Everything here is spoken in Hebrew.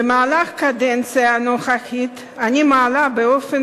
במהלך הקדנציה הנוכחית אני מעלה באופן